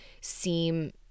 seem